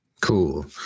Cool